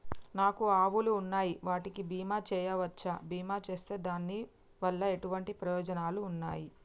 నాకు ఆవులు ఉన్నాయి వాటికి బీమా చెయ్యవచ్చా? బీమా చేస్తే దాని వల్ల ఎటువంటి ప్రయోజనాలు ఉన్నాయి?